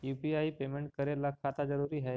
UPI payment करे ला खाता जरूरी है?